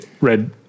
read